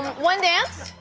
one dance.